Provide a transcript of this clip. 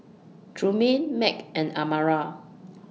Trumaine Mack and Amara